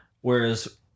Whereas